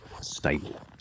stable